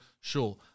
Sure